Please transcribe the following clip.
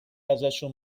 ازشون